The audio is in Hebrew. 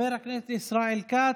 חבר הכנסת ישראל כץ,